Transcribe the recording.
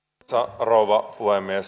arvoisa rouva puhemies